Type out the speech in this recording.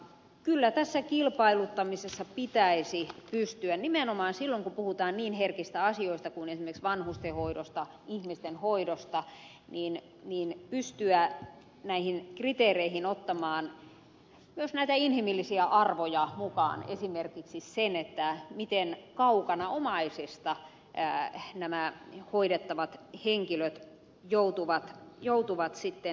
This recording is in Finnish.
kyllä tässä kilpailuttamisessa pitäisi pystyä nimenomaan silloin kun puhutaan niin herkistä asioista kuin esimerkiksi vanhustenhoidosta ihmisten hoidosta näihin kriteereihin ottamaan myös näitä inhimillisiä arvoja mukaan esimerkiksi se miten kaukana omaisista nämä hoidettavat henkilöt joutuvat elämään